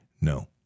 no